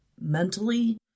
mentally